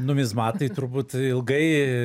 numizmatai turbūt ilgai